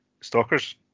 stalkers